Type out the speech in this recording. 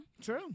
True